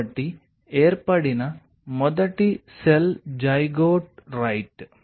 కాబట్టి ఏర్పడిన మొదటి సెల్ జైగోట్ రైట్